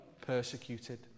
persecuted